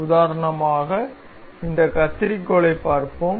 உதாரணமாக இந்த கத்தரிக்கோலைப் பார்ப்போம்